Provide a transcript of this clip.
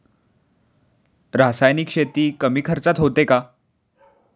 रासायनिक शेती कमी खर्चात होते का?